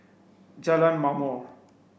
Jalan Ma'mor